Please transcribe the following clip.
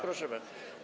Proszę bardzo.